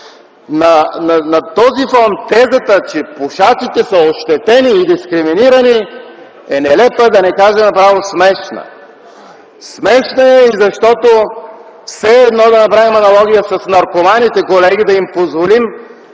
На този фон тезата, че пушачите са ощетени и дискриминирани, е нелепа, да не кажа направо смешна. Смешна е и защото все едно да направим аналогия с наркоманите, колеги, да им позволим